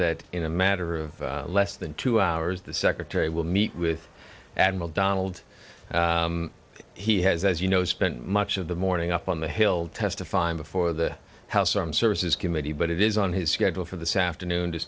that in a matter of less than two hours the secretary will meet with admiral donald he has as you know spent much of the morning up on the hill testifying before the house armed services committee but it is on his schedule for this afternoon to